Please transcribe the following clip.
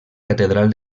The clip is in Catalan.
catedral